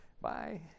Bye